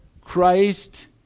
Christ